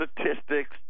Statistics